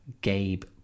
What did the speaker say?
Gabe